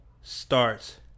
starts